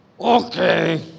okay